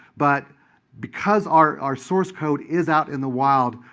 but because our our source code is out in the wild,